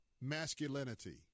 masculinity